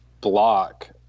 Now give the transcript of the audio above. block